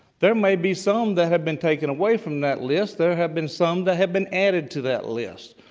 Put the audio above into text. there may be some that have been taken away from that list. there have been some that have been added to that list.